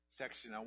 section